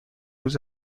روز